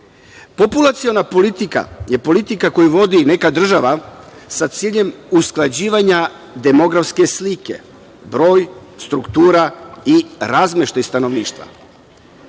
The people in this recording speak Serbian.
potencijal. Populaciona politika je politika koju vodi neka država sa ciljem usklađivanja demografske slike, broj, struktura i razmeštaj stanovništva.